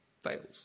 Fails